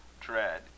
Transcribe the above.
dread